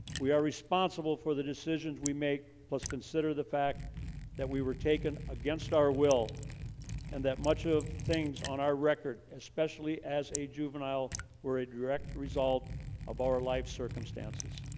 we are responsible for the decisions we make plus consider the fact that we were taken against our will and that much of things on our record especially as a juvenile were a direct result of our life circumstances